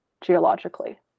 geologically